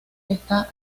está